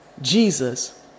Jesus